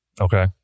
Okay